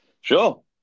sure